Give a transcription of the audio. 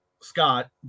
Scott